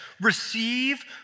Receive